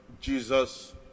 Jesus